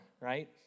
right